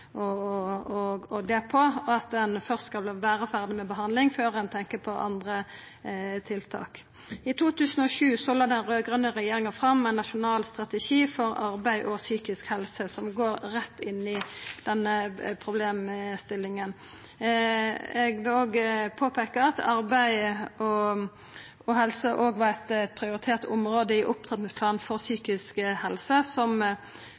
det at ein først skal vera ferdig med behandling før ein tenkjer på andre tiltak. I 2007 la den raud-grøne regjeringa fram ein nasjonal strategi for arbeid og psykisk helse, som går rett inn i denne problemstillinga. Eg vil peika på at arbeid og helse var eit prioritert område i opptrappingsplanen for psykisk helse, som